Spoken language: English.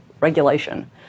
regulation